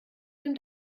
dem